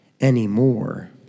anymore